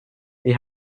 die